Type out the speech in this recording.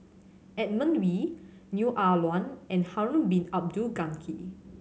Edmund Wee Neo Ah Luan and Harun Bin Abdul Ghani